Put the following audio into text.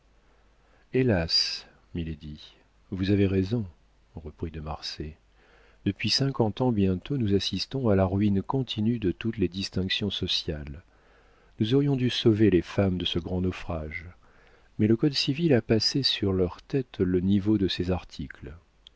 hélas milady vous avez raison reprit de marsay depuis cinquante ans bientôt nous assistons à la ruine continue de toutes les distinctions sociales nous aurions dû sauver les femmes de ce grand naufrage mais le code civil a passé sur leurs têtes le niveau de ses articles